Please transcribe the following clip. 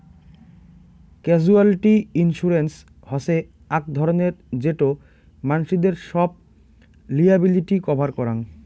casualty insurance হসে আক ধরণের যেটো মানসিদের সব লিয়াবিলিটি কভার করাং